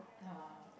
orh